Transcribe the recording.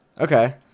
Okay